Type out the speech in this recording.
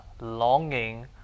longing